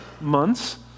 months